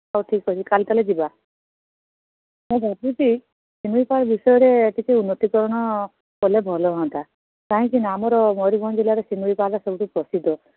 ହଉ ଠିକ୍ ଅଛି କାଲି ତା'ହେଲେ ଯିବା ମୁଁ ଭାବୁଛି ଶିମିଳିପାଳ ବିଷୟରେ କିଛି ଉନ୍ନତିକରଣ କଲେ ଭଲ ହୁଅନ୍ତା କାହିଁକିନା ଆମର ମୟୁରଭଞ୍ଜ ଜିଲ୍ଲାରେ ଶିମିଳିପାଳଟା ସବୁଠୁ ପ୍ରସିଦ୍ଧ